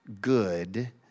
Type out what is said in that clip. good